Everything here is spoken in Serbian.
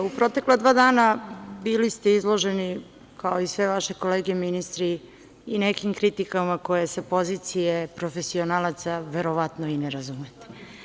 U protekla dva dana bili ste izloženi, kao i sve vaše kolege ministri, i nekim kritikama koje sa pozicije profesionalaca verovatno i ne razumem.